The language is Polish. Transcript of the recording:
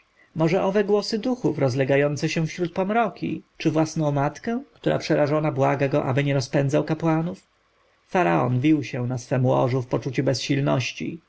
może owe głosy duchów rozlegające się wśród pomroki czy własną matkę która przerażona błaga go ażeby nie rozpędzał kapłanów faraon wił się na swem łożu w poczuciu bezsilności